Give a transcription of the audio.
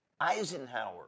Eisenhower